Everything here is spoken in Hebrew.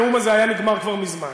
הנאום הזה היה נגמר כבר מזמן,